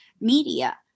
media